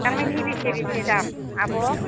दामाइनि बेसे बेसे दाम आब'